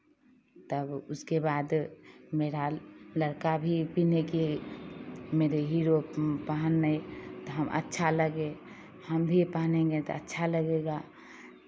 तब उसके बाद मेरा लड़का भी वो पहने कि मेरे हीरो पहने तो हम अच्छा लगे हम भी पहनेंगे तो अच्छा लगेगा